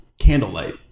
candlelight